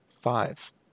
five